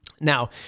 Now